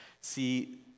See